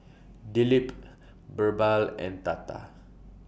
Dilip Birbal and Tata